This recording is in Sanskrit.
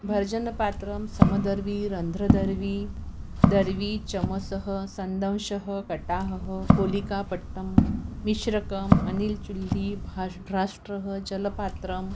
भर्जनपात्रं समदर्वी रन्ध्रदर्वी दर्वी चमसः सन्दंशः कटाहः पोलिकापट्टं मिश्रकम् अनिलचुल्ली भाढ्राष्ट्रः जलपात्रम्